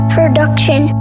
Production